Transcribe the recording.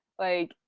like,